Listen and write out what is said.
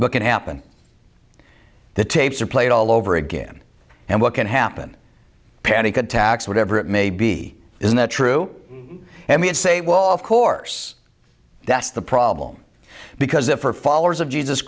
but can happen the tapes are played all over again and what can happen panic attacks whatever it may be isn't that true and we'd say well of course that's the problem because if are followers of jesus